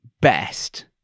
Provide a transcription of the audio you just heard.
best